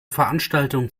veranstaltung